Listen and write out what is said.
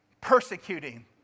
persecuting